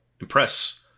impress